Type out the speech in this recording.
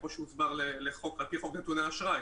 כפי שהוסבר, על פי חוק נתוני אשראי.